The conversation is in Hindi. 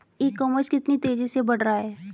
ई कॉमर्स कितनी तेजी से बढ़ रहा है?